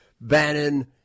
Bannon